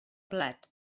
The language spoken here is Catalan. blat